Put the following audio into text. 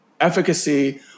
efficacy